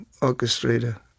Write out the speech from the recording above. orchestrator